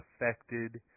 affected